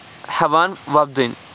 ہیٚوان وۄپدٕنۍ